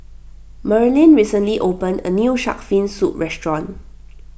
Merlyn recently opened a new Shark's Fin Soup restaurant